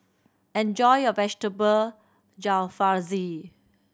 enjoy your Vegetable Jalfrezi